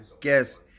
guess